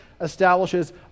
establishes